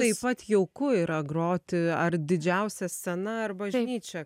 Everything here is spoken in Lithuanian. taip pat jauku yra groti ar didžiausia scena ar bažnyčia